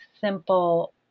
simple